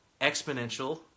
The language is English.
exponential